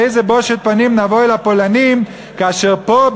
בושת פנים נבוא אל הפולנים כאשר פה,